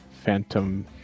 Phantom